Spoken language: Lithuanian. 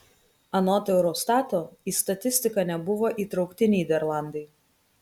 anot eurostato į statistiką nebuvo įtraukti nyderlandai